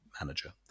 Manager